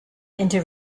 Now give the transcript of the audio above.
into